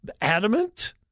adamant